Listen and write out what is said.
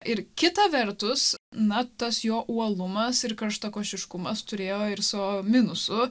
ir kita vertus na tas jo uolumas ir karštakošiškumas turėjo ir savo minusų